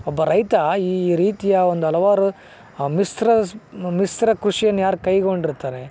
ಒಬ್ಬ ರೈತ ಈ ರೀತಿಯ ಒಂದು ಹಲವಾರು ಆ ಮಿಶ್ರ ಸ್ ಮಿಶ್ರ ಕೃಷಿಯನ್ನು ಯಾರು ಕೈಗೊಂಡಿರ್ತಾರೆ